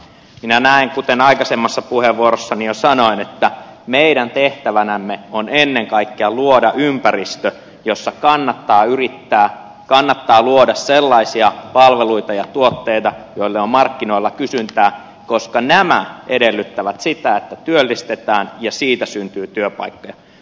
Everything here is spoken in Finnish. minä näen kuten aikaisemmassa puheenvuorossani jo sanoin että meidän tehtävänämme on ennen kaikkea luoda ympäristö jossa kannattaa yrittää kannattaa luoda sellaisia palveluita ja tuotteita joille on markkinoilla kysyntää koska nämä edellyttävät sitä että työllistetään ja siitä syntyy työpaikkoja